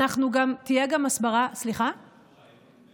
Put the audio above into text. תהיה גם הסברה, איפה יהיה הפיילוט?